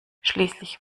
schließlich